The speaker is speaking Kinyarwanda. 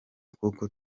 kuko